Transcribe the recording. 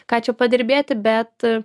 ką čia padirbėti bet